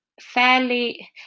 fairly